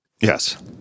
Yes